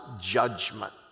judgment